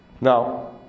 Now